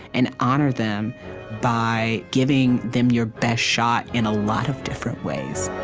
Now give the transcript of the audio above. and honor them by giving them your best shot in a lot of different ways